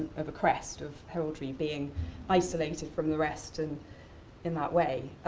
of a crest of heraldry being isolated from the rest and in that way,